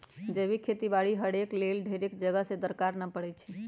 जैविक खेती बाड़ी करेके लेल ढेरेक जगह के दरकार न पड़इ छइ